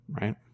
right